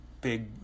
big